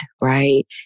right